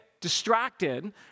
distracted